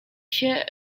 się